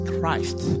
Christ